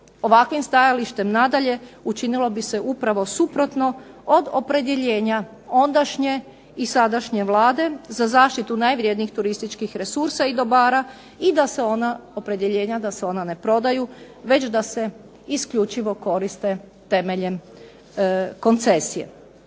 Ovakvim stajalištem nadalje učinilo bi se upravo suprotno od opredjeljenja ondašnje i sadašnje Vlade za zaštitu najvrednijih turističkih resursa i dobara i da se ona, i da se ona opredjeljenja da se ona ne prodaju već da se isključivo koriste temeljem koncesije.